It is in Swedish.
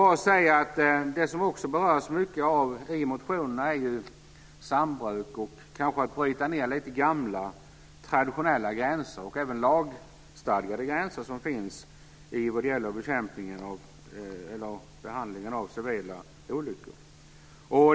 Det som också berörs mycket i motionerna är sambruk och kanske detta att bryta ned lite gamla, traditionella gränser, och även de lagstadgade gränser som finns, vad gäller behandling av civila olyckor.